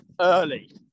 early